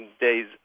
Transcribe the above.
days